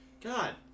God